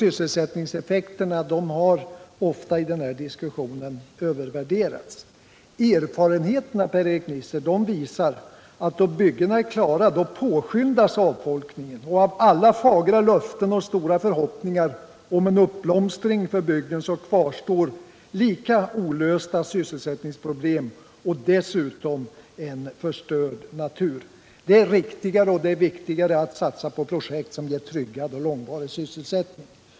Sysselsättningseffekterna har ofta i den här diskussionen övervärderats. Erfarenheterna, Per-Erik Nisser, visar att då utbyggnaden är klar påskyndas avfolkningen, och trots alla fagra löften och stora förhoppningar om en uppblomstring för bygden kvarstår sysselsättningsproblemen olösta och dessutom har man en förstörd natur. Det är riktigare och viktigare att satsa på projekt som ger långvarig och tryggad sysselsättning.